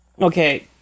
okay